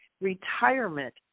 Retirement